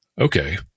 Okay